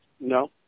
no